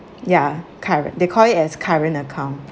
ya current they call it as current account